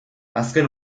azken